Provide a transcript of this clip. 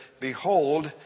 Behold